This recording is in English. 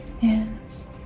Yes